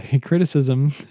criticism